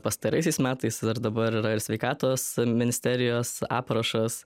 pastaraisiais metais ir dabar yra ir sveikatos ministerijos aprašas